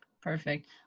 Perfect